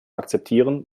akzeptieren